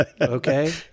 Okay